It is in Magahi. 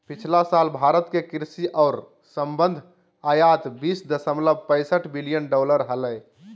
पिछला साल भारत के कृषि और संबद्ध आयात बीस दशमलव पैसठ बिलियन डॉलर हलय